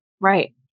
Right